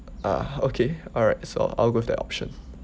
ah okay alright so I'll go with that option